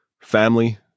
family